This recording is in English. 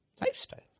Lifestyle